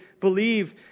believe